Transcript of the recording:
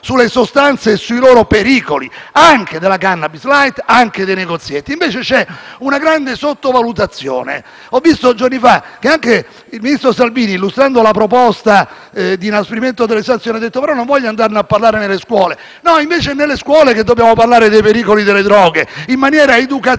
sulle sostanze e sui loro pericoli, anche della *cannabis light*, anche dei negozietti. Invece c'è una grande sottovalutazione. Giorni fa anche il ministro Salvini, illustrando la proposta di inasprimento delle sanzioni, ha detto: «però non voglio andarne a parlare nelle scuole». Invece, è nelle scuole che dobbiamo parlare dei pericoli delle droghe, in maniera educativa